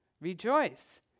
Rejoice